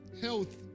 health